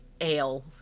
ale